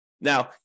Now